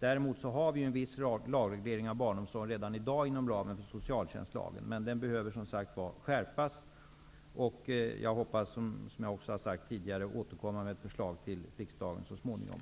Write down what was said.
Däremot finns det redan i dag en viss lagreglering av barnomsorgen inom ramen för socialtjänstlagen. Den behöver alltså skärpas, och jag hoppas, som jag också har sagt tidigare, återkomma med ett förslag till riksdagen så småningom.